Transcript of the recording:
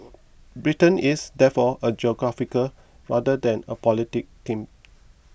Britain is therefore a geographical rather than a political team